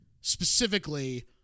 Specifically